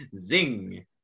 Zing